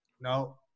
No